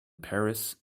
paris